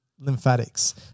lymphatics